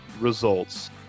results